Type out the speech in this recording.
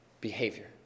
behavior